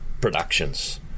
productions